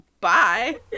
Bye